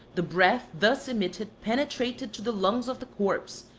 the breath thus emitted penetrated to the lungs of the corpse,